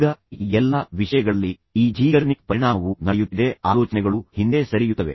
ಈಗ ಈ ಎಲ್ಲಾ ವಿಷಯಗಳಲ್ಲಿ ಈ ಝೀಗರ್ನಿಕ್ ಪರಿಣಾಮವು ನಡೆಯುತ್ತಿದೆ ಆಲೋಚನೆಗಳು ಹಿಂದೆ ಸರಿಯುತ್ತವೆ